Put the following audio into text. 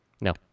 No